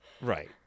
right